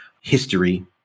history